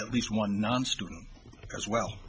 at least one non students as well